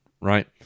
right